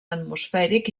atmosfèric